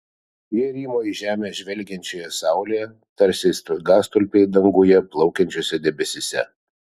jie rymo į žemę žvelgiančioje saulėje tarsi stogastulpiai danguje plaukiančiuose debesyse